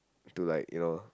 to like you know